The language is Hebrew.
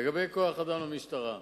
לגבי כוח-אדם במשטרה,